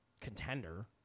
contender